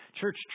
Church